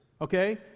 okay